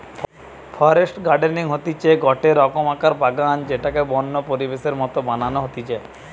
forest gardening হতিছে গটে রকমকার বাগান যেটাকে বন্য পরিবেশের মত বানানো হতিছে